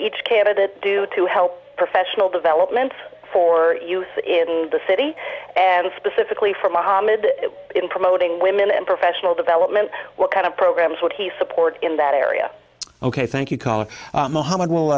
each candidate do to help professional development for you in the city and specifically for it in promoting women and professional development what kind of programs would he support in that area ok thank you